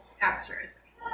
Asterisk